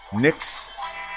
Knicks